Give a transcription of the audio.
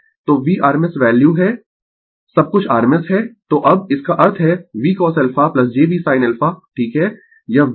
तो V rms value है सब कुछ rms है तो अब इसका अर्थ है VCosα j V sin α ठीक है यह V है